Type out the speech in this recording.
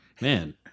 man